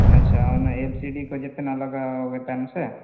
ᱟᱪᱪᱷᱟ ᱚᱱᱟ L C D ᱠᱚ ᱡᱚᱛᱚ ᱱᱟᱜ ᱞᱟᱜᱟᱣ ᱜᱮ ᱛᱟᱦᱮᱱᱟ ᱥᱮ